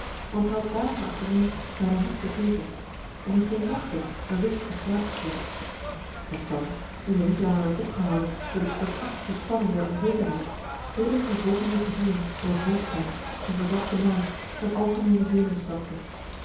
want zij had dagen achtereen bijna niet gegeten en in geen nachten een rustigen slaap gekend en thans nu zij niet langer werd opgehouden door de koorstachtige spanning der onzekerheid deden de gevolgen zich gevoelen door hoofdpijn een verzwakte maag en algemeene